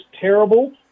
terrible